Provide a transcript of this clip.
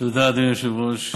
תודה, אדוני היושב-ראש.